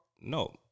No